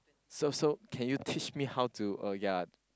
so so can you teach me how to oh ya